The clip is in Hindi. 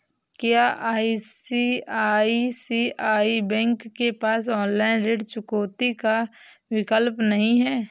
क्या आई.सी.आई.सी.आई बैंक के पास ऑनलाइन ऋण चुकौती का विकल्प नहीं है?